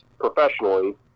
professionally